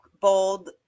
bold